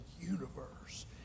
universe